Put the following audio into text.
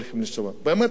באמת אין לי בעיה עם זה.